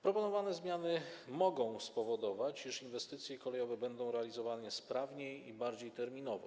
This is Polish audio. Proponowane zmiany mogą spowodować, iż inwestycje kolejowe będą realizowane sprawniej i bardziej terminowo.